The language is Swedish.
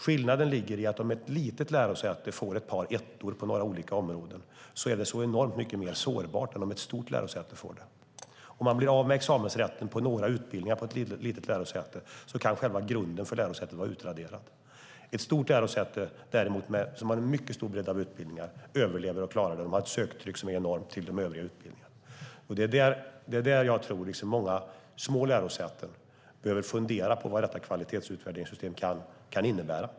Skillnaden ligger i att om ett litet lärosäte får ett par ettor på några olika områden är det enormt mycket mer sårbart än om ett stort lärosäte får det. Om man på ett litet lärosäte blir av med examensrätten på några utbildningar kan själva grunden för lärosätet vara utraderat. Ett stort lärosäte, som har en stor bredd av utbildningar, överlever och klarar sig däremot. Sådana lärosäten har ett söktryck som är enormt till de övriga utbildningarna. Jag tror att många små lärosäten behöver fundera över vad detta kvalitetsutvärderingssystem kan innebära.